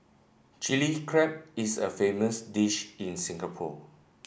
Chilli Crab is a famous dish in Singapore